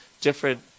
different